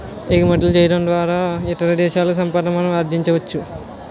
ఎగుమతులు చేయడం ద్వారా ఇతర దేశాల సంపాదన మనం ఆర్జించవచ్చు